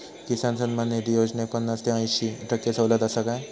किसान सन्मान निधी योजनेत पन्नास ते अंयशी टक्के सवलत आसा काय?